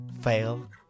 fail